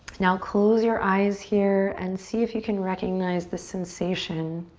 now close your eyes here and see if you can recognize the sensation